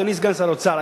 אדוני סגן שר האוצר,